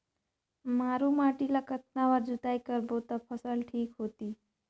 मारू माटी ला कतना बार जुताई करबो ता फसल ठीक होती?